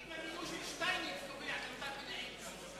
האם המינוי של שטייניץ קובע את אותם תנאים?